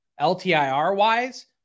LTIR-wise